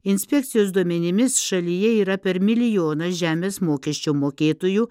inspekcijos duomenimis šalyje yra per milijoną žemės mokesčio mokėtojų